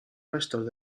restos